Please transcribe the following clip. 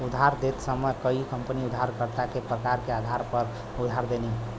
उधार देत समय कई कंपनी उधारकर्ता के प्रकार के आधार पर उधार देनी